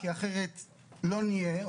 או אחרת לא נהיה,